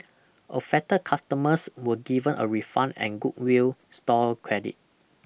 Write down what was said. affected customers were given a refund and goodwill store credit